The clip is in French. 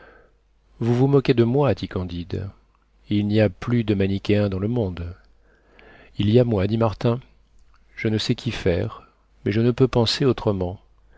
vous vous moquez de moi dit candide il n'y a plus de manichéens dans le monde il y a moi dit martin je ne sais qu'y faire mais je ne peux penser autrement